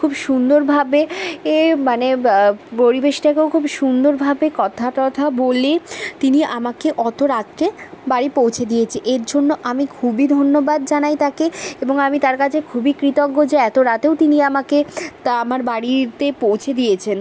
খুব সুন্দরভাবে মানে পরিবেশটাকেও খুব সুন্দরভাবে কথা টথা বলে তিনি আমাকে অত রাত্রে বাড়ি পৌঁছে দিয়েছে এর জন্য আমি খুবই ধন্যবাদ জানাই তাকে এবং আমি তার কাছে খুবই কৃতজ্ঞ যে এত রাতেও তিনি আমাকে আমার বাড়িতে পৌঁছে দিয়েছেন